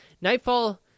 Nightfall